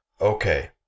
Okay